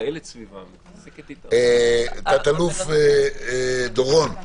תת אלוף דורון,